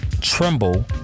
tremble